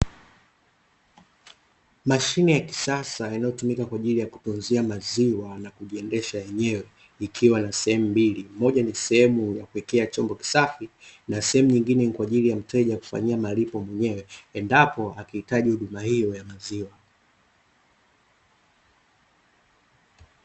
Mashine ya kisasa inayotumika kwa ajili ya kutunzia maziwa na kujiendesha yenyewe. Ikiwa na sehemu mbili, moja ni sehemu ya kuwekea chombo kisafi na sehemu nyingine ni kwa ajili ya mteja kufanyia malipo mwenyewe; endapo akihitaji huduma hiyo ya maziwa.